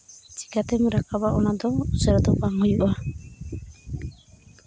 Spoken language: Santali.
ᱪᱤᱠᱟᱛᱮᱢ ᱨᱟᱠᱟᱵᱟ ᱚᱱᱟᱫᱚ ᱩᱥᱟᱹᱨᱟ ᱫᱚ ᱵᱟᱝ ᱦᱩᱭᱩᱜᱼᱟ